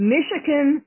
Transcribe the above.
Michigan